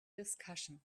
discussion